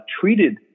treated